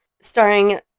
starring